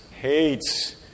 hates